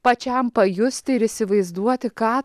pačiam pajusti ir įsivaizduoti ką